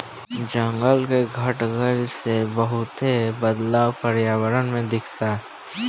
जंगल के घट गइला से बहुते बदलाव पर्यावरण में दिखता